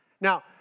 Now